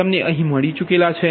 તમને અહીં મળી ચૂકયા છે